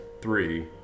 three